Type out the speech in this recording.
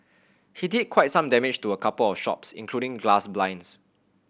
he did quite some damage to a couple of shops including glass blinds